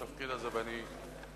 לפיכך, אני קובע